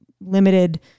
limited